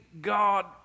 God